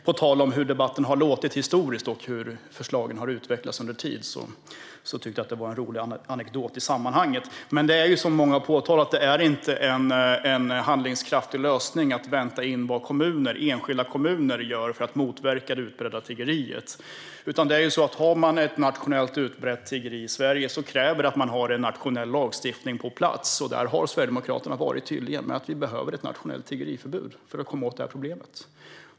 På tal om hur debatten har låtit historiskt sett och hur förslagen har utvecklats under tid tyckte jag att det var en rolig anekdot i sammanhanget. Men det är som många har påtalat: Det är inte en handlingskraftig lösning att vänta in vad enskilda kommuner gör för att motverka det utbredda tiggeriet. Har man ett nationellt utbrett tiggeri kräver det att man har en nationell lagstiftning på plats. Sverigedemokraterna har varit tydliga med att vi behöver ett nationellt tiggeriförbud för att komma åt detta problem.